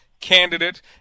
candidate